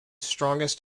strongest